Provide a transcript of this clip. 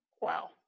wow